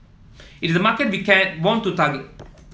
it is market became want to target